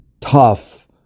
tough